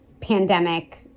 pandemic